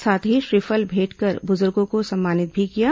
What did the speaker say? साथ ही श्रीफल भेंटकर बुजुर्गों को सम्मानित भी किया गया